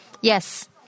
Yes